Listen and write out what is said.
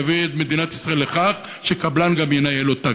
זה יביא את מדינת ישראל לכך שקבלן גם ינהל אותה,